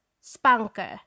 spanker